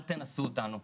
אל תנסו אותנו.